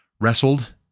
wrestled